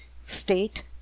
state